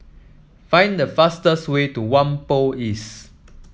find the fastest way to Whampoa East